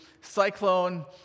Cyclone